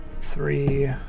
three